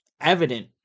evident